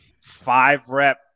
five-rep